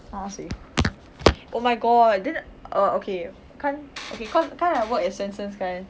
oh I see oh my god then err okay kan okay kan kan I work at swensens kan